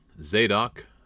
Zadok